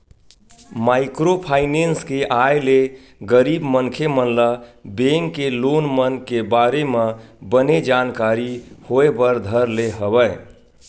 micro finance के आय ले गरीब मनखे मन ल बेंक के लोन मन के बारे म बने जानकारी होय बर धर ले हवय